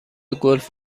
گلف